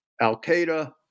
al-Qaeda